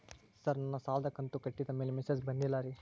sir ನನ್ನ ಸಾಲದ ಕಂತು ಕಟ್ಟಿದಮೇಲೆ ಮೆಸೇಜ್ ಬಂದಿಲ್ಲ ರೇ